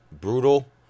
brutal